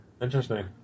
Interesting